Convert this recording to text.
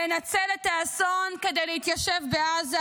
לנצל את האסון כדי להתיישב בעזה,